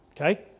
Okay